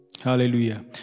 Hallelujah